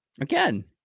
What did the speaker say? again